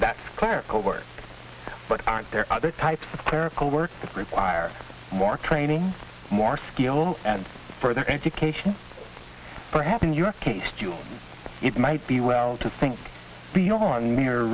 that clerical work but aren't there other types of clerical work that require more training more skill and further education perhaps in your case you it might be well to think beyond narro